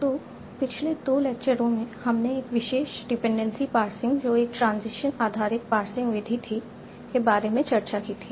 तो पिछले 2 लेक्चरों में हमने एक विशेष डिपेंडेंसी पार्सिंग जो एक ट्रांजिशन आधारित पार्सिंग विधि थी के बारे में चर्चा की थी